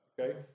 okay